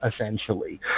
essentially